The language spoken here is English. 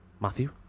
Matthew